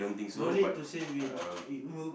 no need to save it it will